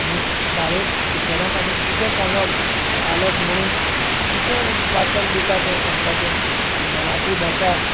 आनी शाळेंत टिचरांक आमी कितें सांगप पालक म्हणून कितें वाचन दितात ते सांगपाचे मराठी भाशा